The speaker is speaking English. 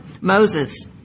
Moses